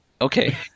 Okay